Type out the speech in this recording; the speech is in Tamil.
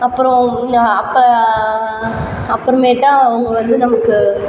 அப்புறோம் இந்த அப்போ அப்புறமேட்டா அவங்க வந்து நம்மளுக்கு